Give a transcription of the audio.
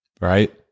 right